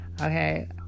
Okay